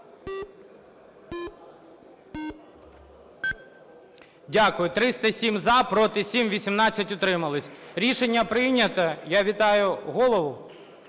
Дякую. 307 – за, проти – 7, 18 – утримались. Рішення прийнято. Я вітаю голову…